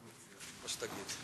מה שתגיד.